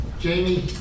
Jamie